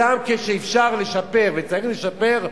גם כשאפשר לשפר וצריך לשפר,